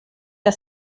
der